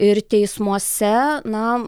ir teismuose na